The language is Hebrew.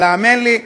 אבל האמן לי,